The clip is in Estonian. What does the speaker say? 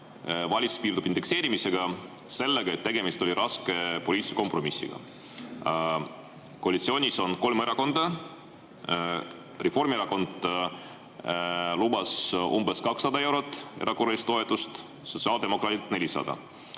valitsus piirdub indekseerimisega, sellega, et tegemist oli raske poliitilise kompromissiga. Koalitsioonis on kolm erakonda, Reformierakond lubas umbes 200 eurot erakorralist toetust, sotsiaaldemokraadid 400.